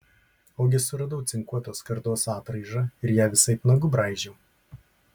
ogi suradau cinkuotos skardos atraižą ir ją visaip nagu braižiau